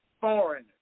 foreigners